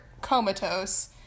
comatose